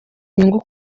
inyungu